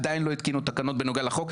עדיין לא התקינו תקנות בנוגע לחוק.